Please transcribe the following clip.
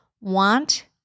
want